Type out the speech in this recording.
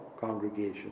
congregation